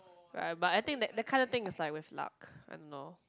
right but I think that that kind of thing is like with luck I don't know